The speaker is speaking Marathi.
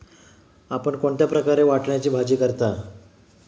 आपण कोणत्या प्रकारे वाटाण्याची भाजी करता?